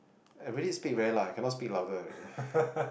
I really speak very loud I cannot speak louder already